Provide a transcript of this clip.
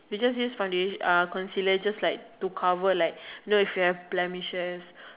you just use foundation uh concealer just like to cover like you know if you have blemishes